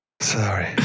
Sorry